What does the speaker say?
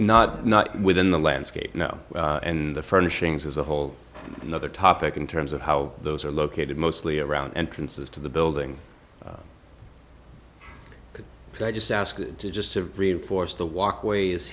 not not within the landscape know in the furnishings as a whole nother topic in terms of how those are located mostly around entrances to the building can i just ask just to reinforce the walkway